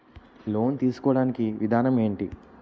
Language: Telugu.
లోన్ తీసుకోడానికి విధానం ఏంటి?